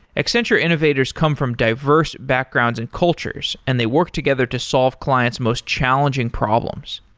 accenture innovators come from diverse backgrounds and cultures and they work together to solve client's most challenging problems.